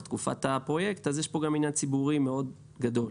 תקופת הפרויקט אז יש פה גם עניין ציבורי מאוד גדול,